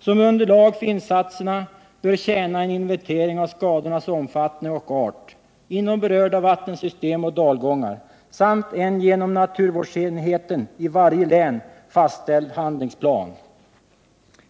Som underlag för insatserna bör tjäna en inventering av skadornas omfattning och art inom berörda vattensystem och dalgångar samt en genom naturvårdsenheten i varje län fastställd handlingsplan.